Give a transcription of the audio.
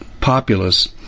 populace